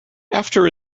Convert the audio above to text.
after